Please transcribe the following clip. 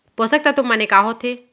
पोसक तत्व माने का होथे?